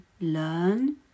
learn